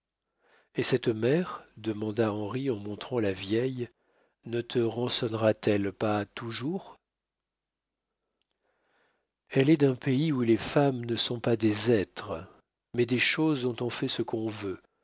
et cette mère demanda henri en montrant la vieille ne te rançonnera t elle pas toujours elle est d'un pays où les femmes ne sont pas des êtres mais des choses dont on fait ce qu'on veut